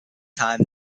time